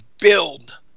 build